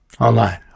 Online